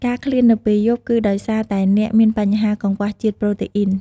ការឃ្លាននៅពេលយប់គឺដោយសារតែអ្នកមានបញ្ហាកង្វះជាតិប្រូតេអ៊ីន។